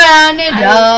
Canada